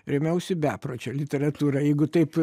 rėmiausi bepročio literatūra jeigu taip